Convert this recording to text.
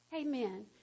amen